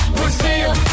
Brazil